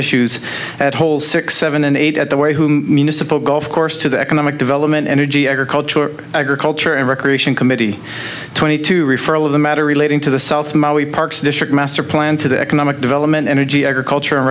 issues at hold six seven and eight at the way who golf course to the economic development energy agriculture agriculture and recreation committee twenty two referral of the matter relating to the south maui parks district master plan to the economic development energy agriculture and